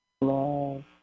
Love